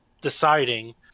deciding